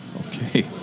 Okay